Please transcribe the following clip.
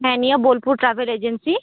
ᱦᱮᱸ ᱱᱤᱭᱟᱹ Bolpur travel agency